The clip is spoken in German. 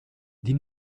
die